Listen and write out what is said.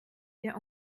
der